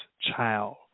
child